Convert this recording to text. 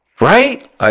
right